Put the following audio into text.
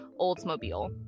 Oldsmobile